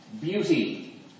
beauty